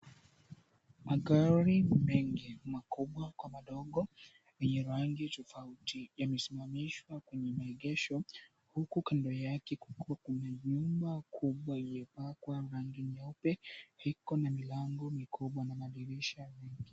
Magari ni mengi makubwa kwa madogo yenye rangi tofauti yamesimamishwa kwenye maegesho huku kando yake kukiwa na nyumba kubwa iliyopakwa rangi nyeupe iko na milango mikubwa na madirisha mingi.